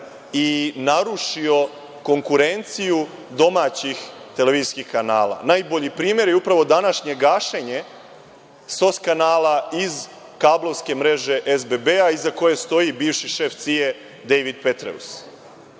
i narušio konkurenciju domaćih televizijskih kanala. Najbolji primer je upravo današnje gašenje SOS kanala iz kablovske mreže SBB, iza koje stoji bivši šef CIA-e Dejvid Petreus.